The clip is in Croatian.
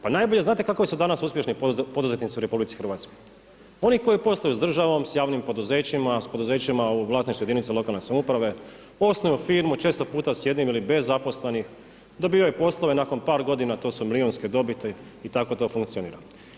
Pa najbolje znate kakvi su danas uspješni poduzetnici u RH, oni koji posluju s državom, s javnim poduzećima, s poduzećima u vlasništvu jedinica lokalne samouprave, osnuju firmu, često puta s jednim ili bez zaposlenih, dobivaju poslove nakon par godina, to su milijunske dobiti i tako to funkcionira.